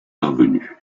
parvenu